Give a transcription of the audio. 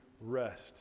rest